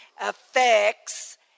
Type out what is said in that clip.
affects